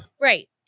Right